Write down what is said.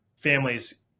families